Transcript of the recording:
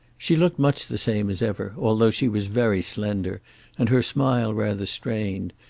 she looked much the same as ever, although she was very slender and her smile rather strained,